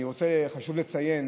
וחשוב לציין